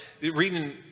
reading